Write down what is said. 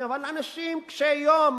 אבל אנשים קשי-יום,